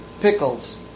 pickles